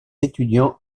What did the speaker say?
étudiants